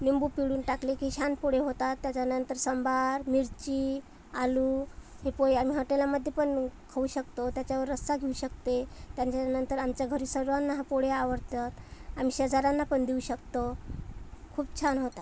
निंबू पिळून टाकले की छान पोहे होतात त्याच्यानंतर संबार मिरची आलू हे पोहे आम्ही हॉटेलामध्ये पण खाऊ शकतो त्याच्यावर रस्सा घेऊ शकते त्यांच्या नंतर आमच्या घरी सर्वांनाहा पोहे आवडतात आम्ही शेजाऱ्यांना पण देऊ शकतो खूप छान होतात